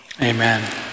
amen